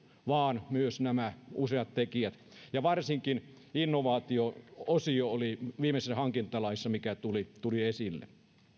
vaan myös nämä useat tekijät ja varsinkin innovaatio osio joka viimeisessä hankintalaissa tuli tuli esille